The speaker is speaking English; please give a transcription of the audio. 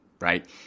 right